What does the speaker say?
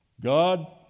God